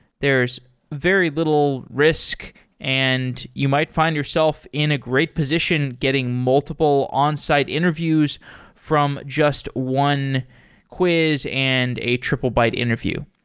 there's very little risk and you might find yourself in a great position getting multiple onsite interviews from just one quiz and a triplebyte interview.